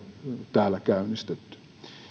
täällä käynnistetty